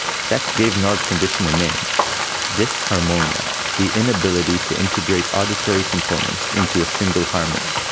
sacks gave noa's condition a name disharmonia the inability to integrate auditory components into a single harmony.